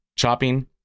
Chopping